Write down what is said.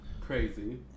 crazy